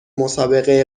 مسابقه